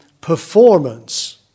performance